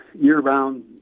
year-round